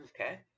Okay